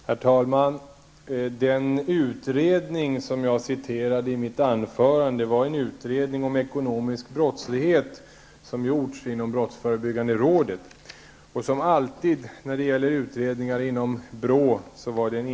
Herr talman! Den utredning som jag citerade ur i mitt anförande är en utredning om ekonomisk brottslighet som har gjorts inom brottsförebyggande rådet. Det är självfallet enskilda personer som har gjort utredningen.